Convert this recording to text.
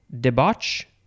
Debauch